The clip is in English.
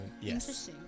Yes